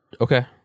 okay